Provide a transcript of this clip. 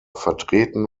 vertreten